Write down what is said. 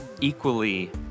equally